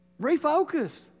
Refocus